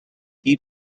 deep